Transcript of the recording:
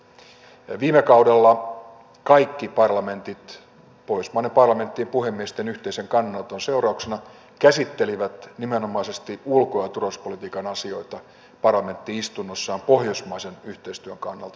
viime kaudella kaikki parlamentit pohjoismaiden parlamenttien puhemiesten yhteisen kannanoton seurauksena käsittelivät nimenomaisesti ulko ja turvallisuuspolitiikan asioita parlamentti istunnossaan pohjoismaisen yhteistyön kannalta